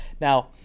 Now